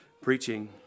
preaching